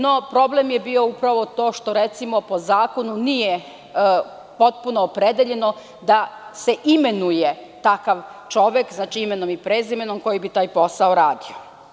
No, problem je bio to što po zakonu nije potpuno opredeljeno da se imenuje takav čovek, imenom i prezimenom, koji bi taj posao radio.